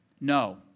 no